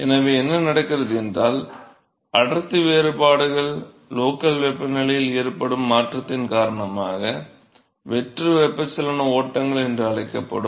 எனவே என்ன நடக்கிறது என்றால் அடர்த்தி வேறுபாடுகள் லோக்கல் வெப்பநிலையில் ஏற்படும் மாற்றத்தின் காரணமாக வெற்று வெப்பச்சலன ஓட்டங்கள் என்று அழைக்கப்படும்